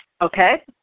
Okay